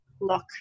look